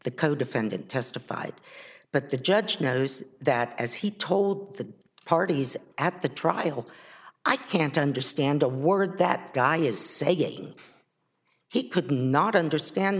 oh the codefendant testified but the judge knows that as he told the parties at the trial i can't understand a word that guy is saying he could not understand